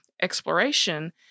exploration